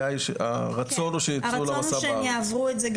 הרצון הוא שיצאו למסע בארץ.